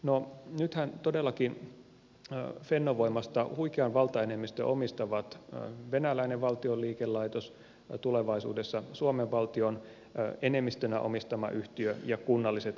no nythän todellakin fennovoimasta huikean valtaenemmistön omistavat venäläinen valtion liikelaitos tulevaisuudessa suomen valtion enemmistönä omistama yhtiö ja kunnalliset energialaitokset